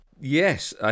Yes